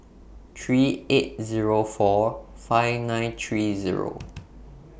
three eight Zero four five nine three Zero